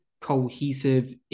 cohesive